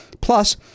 plus